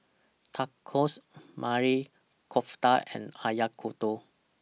Tacos Maili Kofta and Oyakodon